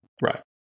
Right